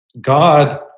God